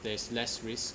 there's less risk